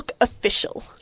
official